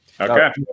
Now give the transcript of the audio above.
Okay